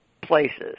places